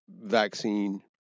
vaccine